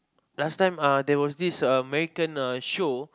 last time uh there was this uh American uh show